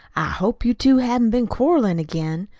i hope you two haven't been quarreling again,